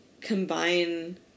combine